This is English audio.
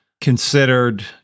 considered